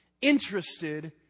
interested